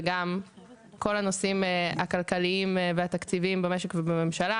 וגם כל הנושאים הכלכליים והתקציביים במשק ובממשלה,